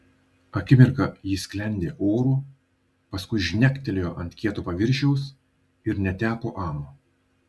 akimirką ji sklendė oru paskui žnektelėjo ant kieto paviršiaus ir neteko amo